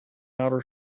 outer